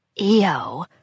EO